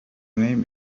name